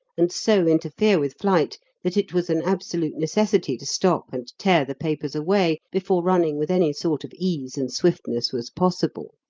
and so interfere with flight that it was an absolute necessity to stop and tear the papers away before running with any sort of ease and swiftness was possible.